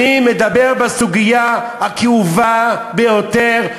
אני מדבר בסוגיה הכאובה ביותר,